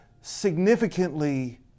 significantly